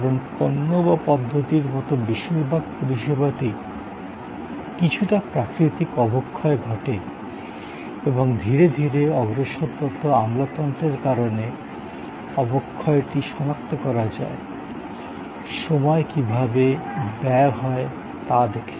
কারণ পণ্য বা পদ্ধতির মতো বেশিরভাগ পরিষেবাতেই কিছুটা প্রাকৃতিক অবক্ষয় ঘটে এবং ধীরে ধীরে অগ্রসররত আমলাতন্ত্রের কারণে অবক্ষয়টি সনাক্ত করা যায় সময় কীভাবে ব্যয় হয় তা দেখে